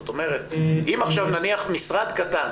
זאת אומרת אם עכשיו נניח משרד קטן,